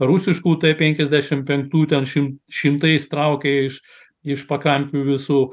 rusiškų t penkiasdešim penktų ten šim šimtais traukia iš iš pakampių visų